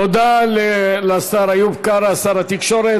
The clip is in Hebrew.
תודה לשר איוב קרא, שר התקשורת.